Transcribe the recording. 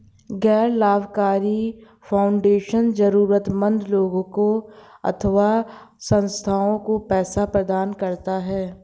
गैर लाभकारी फाउंडेशन जरूरतमन्द लोगों अथवा संस्थाओं को पैसे प्रदान करता है